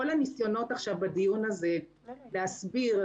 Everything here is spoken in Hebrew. כל הניסיונות בדיון הזה להסביר,